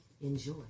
Enjoy